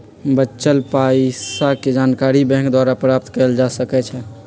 बच्चल पइसाके जानकारी बैंक द्वारा प्राप्त कएल जा सकइ छै